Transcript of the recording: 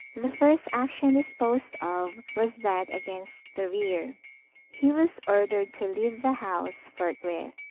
the first action disposed of was that against thorir. he was ordered to leave the house forthwith.